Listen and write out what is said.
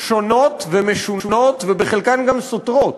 שונות ומשונות, ובחלקן גם סותרות,